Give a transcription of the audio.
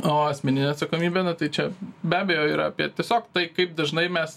o asmeninė atsakomybė na tai čia be abejo yra apie tiesiog tai kaip dažnai mes